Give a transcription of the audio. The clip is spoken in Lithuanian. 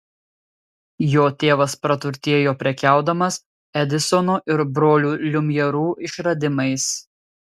jo tėvas praturtėjo prekiaudamas edisono ir brolių liumjerų išradimais